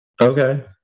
Okay